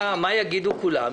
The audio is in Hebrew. מה יגידו כולם?